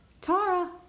Tara